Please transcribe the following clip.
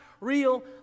real